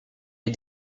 les